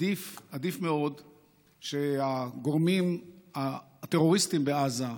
עדיף מאוד שהגורמים הטרוריסטיים בעזה,